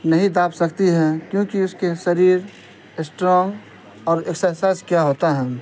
نہیں داب سکتی ہے کیونکہ اس کے شریر اسٹرانگ اور اکسرسائز کیا ہوتا ہیں